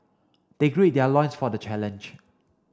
they gird their loins for the challenge